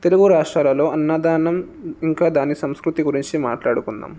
తెలుగు రాష్ట్రాలలో అన్నదానం ఇంకా దాని సంస్కృతి గురించి మాట్లాడుకుందాం